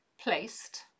placed